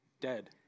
Dead